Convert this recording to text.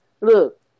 look